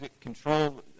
control